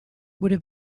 would